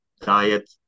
diet